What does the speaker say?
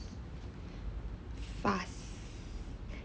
fast